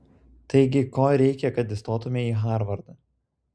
taigi ko reikia kad įstotumei į harvardą